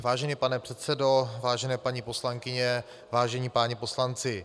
Vážený pane předsedo, vážené paní poslankyně, vážení páni poslanci.